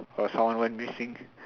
for someone went missing